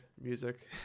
music